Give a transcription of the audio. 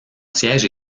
siège